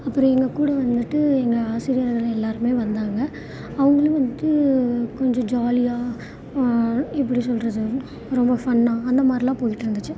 அப்புறம் எங்கள்கூட வந்துவிட்டு எங்கள் ஆசிரியர்கள் எல்லாருமே வந்தாங்க அவங்களும் வந்துவிட்டு கொஞ்சம் ஜாலியாக எப்படி சொல்லுறது ரொம்ப ஃபன்னாக அந்த மாதிரிலான் போயிகிட்டு இருந்துச்சு